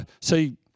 see